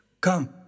Come